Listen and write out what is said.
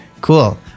Cool